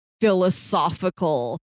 philosophical